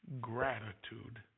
gratitude